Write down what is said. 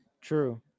true